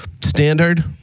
standard